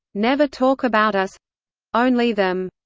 never talk about us only them.